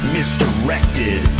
Misdirected